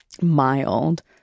mild